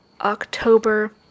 October